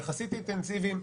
יחסית אינטנסיביים,